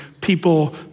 people